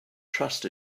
trust